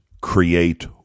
create